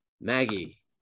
Maggie